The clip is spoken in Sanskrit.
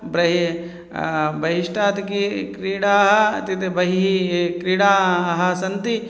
ब्रये बहिष्टात् कि क्रीडाः इत्युक्ते बहिः याः क्रीडाः सन्ति